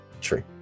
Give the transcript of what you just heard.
True